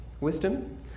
wisdom